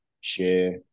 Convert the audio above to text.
share